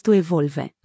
evolve